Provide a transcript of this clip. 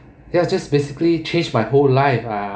ya just basically changed my whole life ah